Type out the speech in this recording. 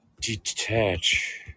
detach